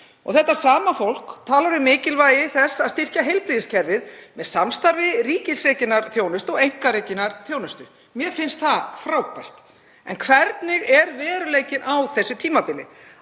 Þetta sama fólk talar um mikilvægi þess að styrkja heilbrigðiskerfið með samstarfi ríkisrekinnar þjónustu og einkarekinnar þjónustu. Mér finnst það frábært. En hver er veruleikinn á þessu tímabili?